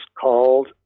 called